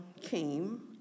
came